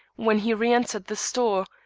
when he reentered the store,